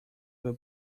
will